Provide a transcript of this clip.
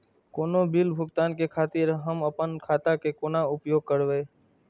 कोनो बील भुगतान के खातिर हम आपन खाता के कोना उपयोग करबै?